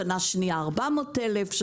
בשנה השנייה 400 אלף,